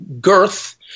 girth